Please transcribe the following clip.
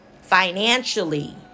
financially